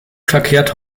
verkehrt